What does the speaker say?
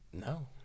no